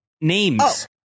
names